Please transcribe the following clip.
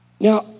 Now